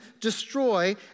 destroy